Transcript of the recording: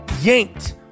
yanked